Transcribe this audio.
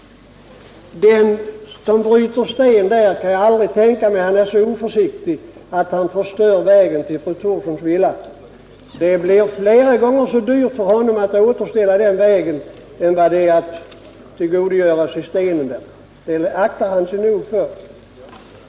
Jag kan aldrig tänka mig att den som bryter sten är så oförsiktig att han förstör vägen till fru Thorssons villa. Det biir flera gånger så dyrt för honom att återställa vägen som han tjänar på att tillgodogöra sig stenen, så det aktar han sig nog för.